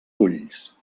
ulls